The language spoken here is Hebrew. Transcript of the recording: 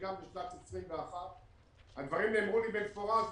גם בשנת 21'. הדברים נאמרו לי במפורש,